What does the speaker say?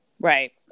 Right